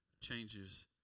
changes